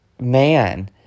man